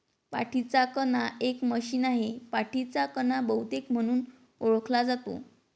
पाठीचा कणा एक मशीन आहे, पाठीचा कणा बहुतेक म्हणून ओळखला जातो